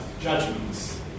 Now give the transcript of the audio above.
judgments